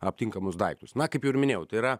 aptinkamus daiktus na kaip jau ir minėjau tai yra